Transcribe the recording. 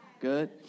Good